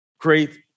great